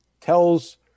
tells